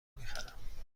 میخرم